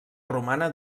romana